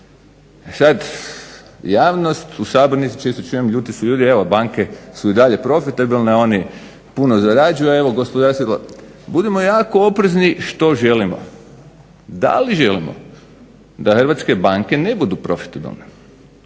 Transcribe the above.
Sada javnost u Sabornici čujem ljuti su ljudi, banke su profitabilne, oni puno zarađuju a evo, budimo jako oprezni što želimo, da li želimo da Hrvatske banke ne budu profitabilne.